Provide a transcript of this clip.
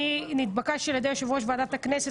נתבקשתי על ידי יו"ר ועדת הכנסת,